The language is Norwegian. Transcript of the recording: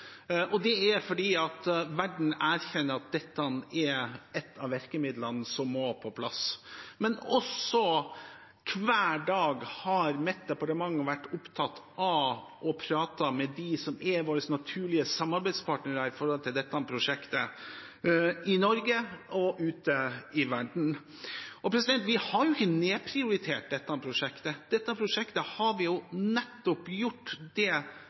Det er fordi verden erkjenner at dette er et av virkemidlene som må på plass. Men hver dag har mitt departement også vært opptatt av å prate med dem som er våre naturlige samarbeidspartnere i dette prosjektet, i Norge og ute i verden. Vi har ikke nedprioritert dette prosjektet. Med dette prosjektet har vi nettopp gjort det vi har sagt vi skal gjøre. Vi har prioritert det. Jeg viser til inneværende års budsjett: Det